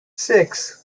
six